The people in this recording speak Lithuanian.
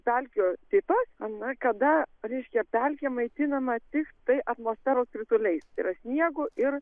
pelkių tipas kada reiškia pelkė maitinama tiktai atmosferos krituliais tai yra sniegu ir